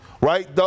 right